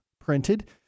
printed